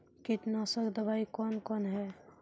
कीटनासक दवाई कौन कौन हैं?